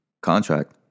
contract